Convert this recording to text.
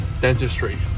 dentistry